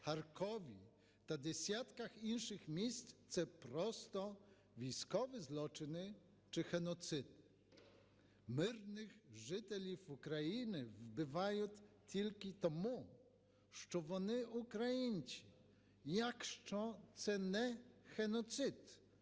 Харкові та десятках інших міст – це просто військові злочини чи геноцид. Мирних жителів України вбивають тільки тому, що вони українці. Якщо це не геноцид,